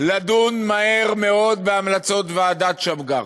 לדון מהר מאוד בהמלצות ועדת שמגר,